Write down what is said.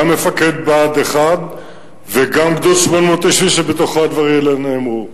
גם מפקד בה"ד 1 וגם גדוד 890 שבתוכו הדברים האלה נאמרו.